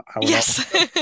Yes